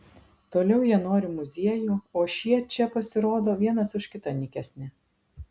toliau jie nori muziejų o šie čia pasirodo vienas už kitą nykesni